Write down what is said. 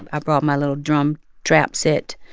i brought my little drum trap set,